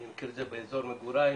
אני מכיר את זה באזור מגוריי,